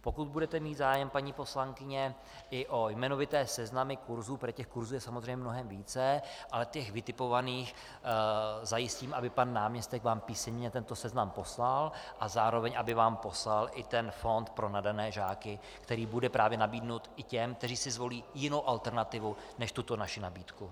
Pokud budete mít zájem, paní poslankyně, i o jmenovité seznamy kurzů, protože těch kurzů je samozřejmě mnohem více, ale těch vytipovaných, zajistím, aby pan náměstek vám písemně tento seznam poslal a zároveň aby vám poslal i fond pro nadané žáky, který bude právě nabídnut i těm, kteří si zvolí jinou alternativu než tuto naši nabídku.